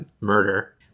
murder